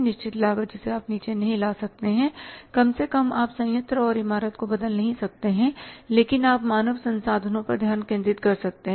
निश्चित लागत जिसे आप नीचे नहीं ला सकते हैं कम से कम आप संयंत्र और इमारत को बदल नहीं सकते हैं लेकिन आप मानव संसाधनों पर ध्यान केंद्रित कर सकते हैं